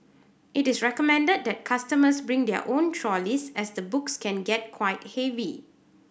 it is recommended that customers bring their own trolleys as the books can get quite heavy